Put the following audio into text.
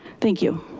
thank you.